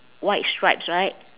white stripes right